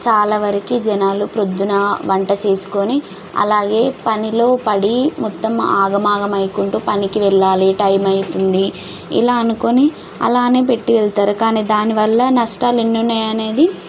చాలా వరకి జనాలు ప్రొద్దున్న వంట చేసుకొని అలాగే పనిలో పడి మొత్తం ఆగమాగం అయికుంటూ పనికి వెళ్ళాలి టైం అవుతుంది ఇలా అనుకొని అలానే పెట్టి వెళ్తారు కానీ దానివల్ల నష్టాలు ఎన్ని ఉన్నాయి అనేది